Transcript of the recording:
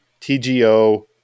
TGO